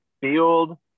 field